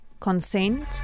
consent